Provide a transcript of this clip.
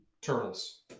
turtles